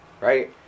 right